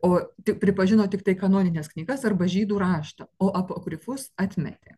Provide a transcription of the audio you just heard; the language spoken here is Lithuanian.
o tik pripažino tiktai kanonines knygas arba žydų rašto o apokrifus atmetė